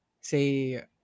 say